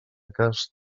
cas